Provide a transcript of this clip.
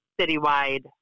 citywide